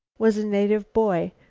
was a native boy,